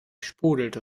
sprudelte